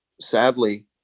sadly